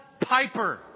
Piper